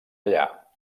allà